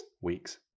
week's